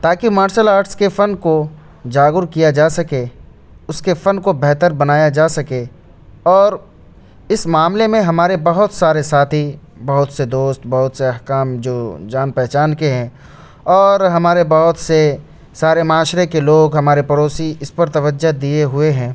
تاکہ martial arts کے فن کو جاگرک کیا جا سکے اس کے فن کو بہتر بنایا جا سکے اور اس معاملے میں ہمارے بہت سارے ساتھی بہت سے دوست بہت سے احکام جو جان پہچان کے ہیں اور ہمارے بہت سے سارے معاشرے کے لوگ ہمارے پڑوسی اس پر توجہ دیے ہوئے ہیں